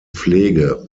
pflege